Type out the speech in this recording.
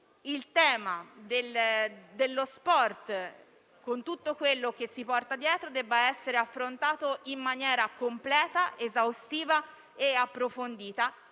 il tema dello sport, con tutto quanto si porta dietro, debba essere affrontato in maniera completa, esaustiva e approfondita.